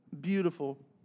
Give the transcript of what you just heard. beautiful